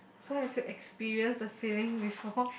so have you experience the feeling before